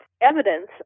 evidence